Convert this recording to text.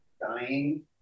dying